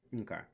Okay